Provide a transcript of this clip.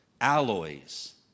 alloys